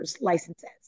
licenses